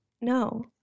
no